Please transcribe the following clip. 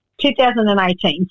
2018